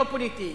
לא פוליטי,